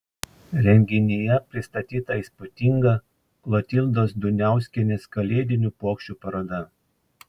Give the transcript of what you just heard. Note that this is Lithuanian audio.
renginyje pristatyta įspūdinga klotildos duniauskienės kalėdinių puokščių paroda